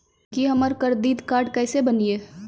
की हमर credit card केसे बनिये?